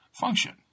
function